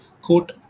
quote